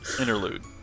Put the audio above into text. Interlude